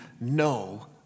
no